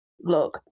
Look